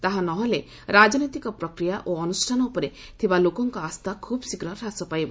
ତାହା ନ ହେଲେ ରାଜନୈତିକ ପ୍ରକ୍ରିୟା ଓ ଅନୁଷ୍ଠାନ ଉପରେ ଥିବା ଲୋକଙ୍କ ଆସ୍ଥା ଖୁବ୍ ଶୀଘ୍ର ହ୍ରାସ ପାଇବ